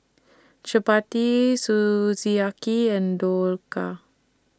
Chapati Sukiyaki and Dhokla